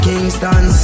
Kingston